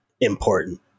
important